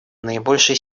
наибольшей